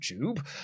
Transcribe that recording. YouTube